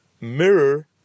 mirror